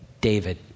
David